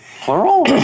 Plural